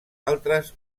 altres